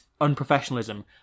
unprofessionalism